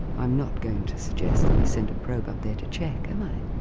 i'm not going to suggest that we send a probe up there to check, am i?